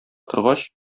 торгач